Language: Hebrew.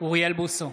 אוריאל בוסו,